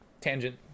tangent